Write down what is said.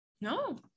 no